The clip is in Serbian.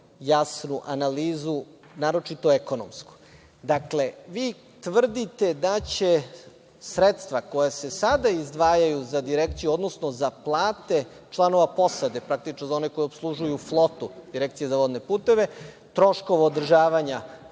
jasnu analizu, naročito ekonomsku. Vi tvrdite da će sredstva koja se sada izdvajaju za Direkciju, odnosno za plate članova posade, praktično za one koji opslužuju flotu, Direkcije za vodne puteve, troškove održavanja